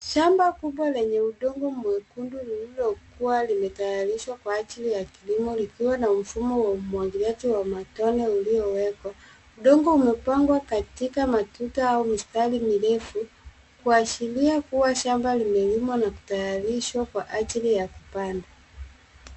Shamba kubwa lenye udongo mwekundu lililokuwa limetayarishwa kwa ajili ya kilimo likiwa na mfumo wa umwagiliaji wa matone uliowekwa. Udongo umepangwa katika matuta au mistari mirefu, kuashiria kuwa shamba limelimwa na kutayarishwa kwa ajili ya kupanda.